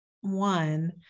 one